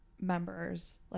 members